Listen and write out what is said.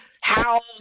house